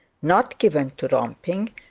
not given to romping,